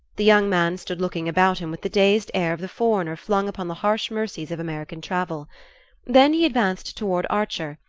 the young man stood looking about him with the dazed air of the foreigner flung upon the harsh mercies of american travel then he advanced toward archer,